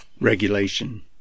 Regulation